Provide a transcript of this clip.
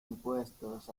impuestos